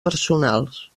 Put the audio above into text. personals